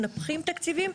מנפחים תקציבים,